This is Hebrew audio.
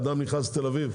אדם נכנס לתל אביב,